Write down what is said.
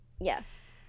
yes